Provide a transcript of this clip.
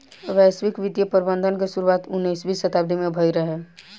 वैश्विक वित्तीय प्रबंधन के शुरुआत उन्नीसवीं शताब्दी में भईल रहे